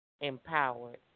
empowered